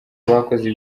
bakoze